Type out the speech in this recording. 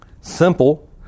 Simple